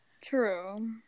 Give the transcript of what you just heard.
True